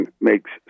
makes